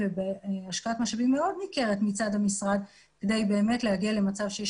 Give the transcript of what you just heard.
ובהשקעת משאבים מאוד ניכרת מצד המשרד כדי באמת להגיע למצב שיש